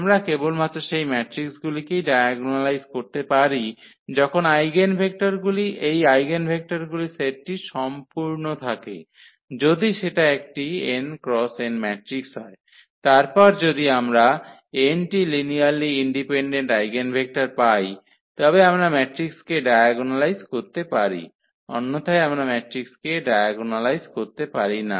আমরা কেবলমাত্র সেই ম্যাট্রিকগুলিকেই ডায়াগোনালাইজ করতে পারি যখন আইগেনভেক্টরগুলি এই আইগেনভেক্টরগুলির সেটটি সম্পূর্ণ থাকে যদি সেটা একটি 𝑛 × 𝑛 ম্যাট্রিক্স হয় তারপর যদি আমরা n টি লিনিয়ারলি ইন্ডিপেনডেন্ট আইগেনভেক্টর পাই তবে আমরা ম্যাট্রিক্সকে ডায়াগোনালাইজ করতে পারি অন্যথায় আমরা ম্যাট্রিক্সকে ডায়াগোনালাইজ করতে পারি না